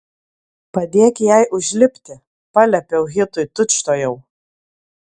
padėk jai užlipti paliepiau hitui tučtuojau